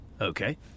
Okay